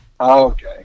Okay